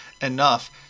enough